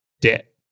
debt